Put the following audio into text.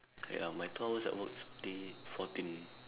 ya my two hours at work is only fourteen